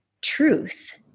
truth